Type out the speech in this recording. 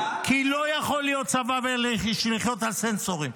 כי לא יכול להיות צבא ולחיות על סנסורים.